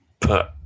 Put